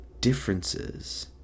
differences